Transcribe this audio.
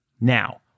Now